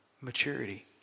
maturity